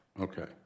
Okay